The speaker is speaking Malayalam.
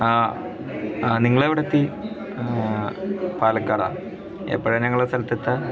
ആ ആ നിങ്ങളെവിടെത്തി പാലക്കാടാ എപ്പോഴാണ് ഞങ്ങളുടെ സ്ഥലത്തെത്തുക